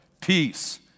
peace